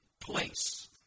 place